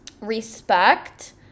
respect